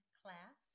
class